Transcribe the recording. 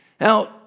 Now